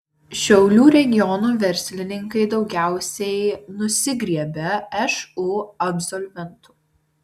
šiaulių regiono verslininkai daugiausiai nusigriebia šu absolventų